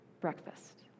breakfast